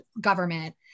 government